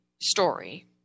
story